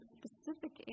specific